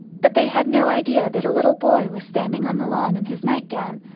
but they had no idea that a little boy was standing on the lawn in his night-gown,